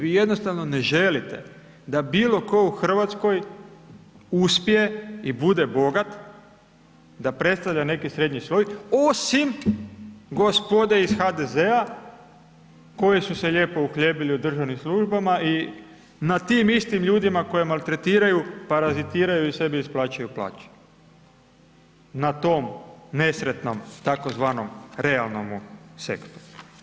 Vi jednostavno ne želite da bilo tko u Hrvatskoj uspije i bude bogat, da predstavlja neki srednji sloj osim gospode iz HDZ-a koji su se lijepo uhljebili u državnim službama i nad tim istim ljudima koje maltretiraju, parazitiraju i sebi isplaćuju plaće, na tom nesretnome tzv. realnomu sektoru.